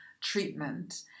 treatment